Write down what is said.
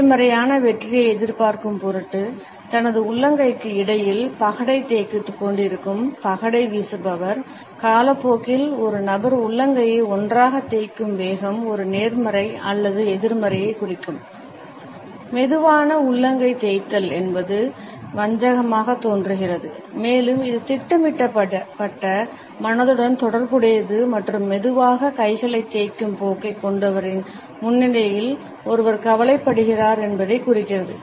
நேர்மறையான வெற்றியை எதிர்பார்க்கும் பொருட்டு தனது உள்ளங்கைகளுக்கு இடையில் பகடை தேய்த்துக் கொண்டிருக்கும் பகடை வீசுபவர் காலப்போக்கில் ஒரு நபர் உள்ளங்கையை ஒன்றாக தேய்க்கும் வேகம் ஒரு நேர்மறை அல்லது எதிர்மறையை குறிக்கும் மெதுவான உள்ளங்கை தேய்த்தல் என்பது வஞ்சகமாகத் தோன்றுகிறது மேலும் இது திட்டமிடப்பட்ட மனதுடன் தொடர்புடையது மற்றும் மெதுவாக கைகளைத் தேய்க்கும் போக்கைக் கொண்டவரின் முன்னிலையில் ஒருவர் கவலைப்படுகிறார் என்பதை குறிக்கிறது